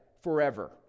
forever